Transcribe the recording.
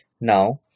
Now